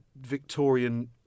Victorian